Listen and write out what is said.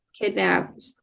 kidnapped